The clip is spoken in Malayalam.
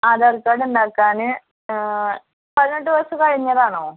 ആധാർ കാഡ്ണ്ടാക്കാൻ പതിനെട്ട് വയസ്സ് കഴിഞ്ഞതാണോ